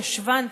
ישבן,